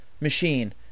machine